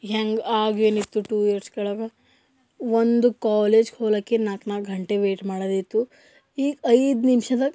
ಹೆಂಗೆ ಆಗ ಏನಿತ್ತು ಟು ಇಯರ್ಸ್ ಕೆಳಗೆ ಒಂದು ಕಾಲೇಜಿಗೆ ಹೋಲಕ್ಕೆ ನಾಲ್ಕು ನಾಲ್ಕು ಗಂಟೆ ವೆಯ್ಟ್ ಮಾಡೋದಿತ್ತು ಈಗ ಐದು ನಿಮ್ಷದಾಗೆ